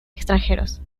extranjeros